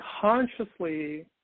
consciously